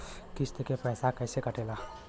किस्त के पैसा कैसे कटेला?